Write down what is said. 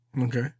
Okay